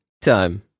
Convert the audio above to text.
Time